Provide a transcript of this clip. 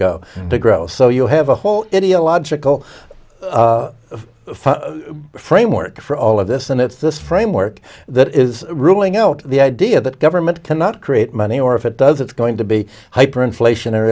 go to grow so you have a whole india logical framework for all of this and it's this framework that is ruling out the idea that government cannot create money or if it does it's going to be hyper inflation